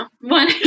one